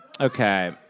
Okay